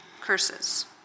curses